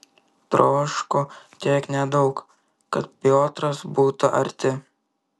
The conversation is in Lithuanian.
troško tiek nedaug kad piotras būtų arti